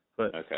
Okay